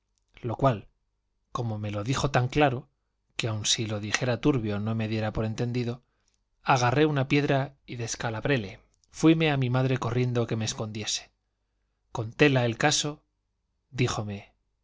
lo cual como me lo dijo tan claro que aun si lo dijera turbio no me diera por entendido agarré una piedra y descalabréle fuime a mi madre corriendo que me escondiese contéla el caso díjome